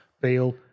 Beal